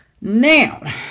now